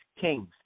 Kings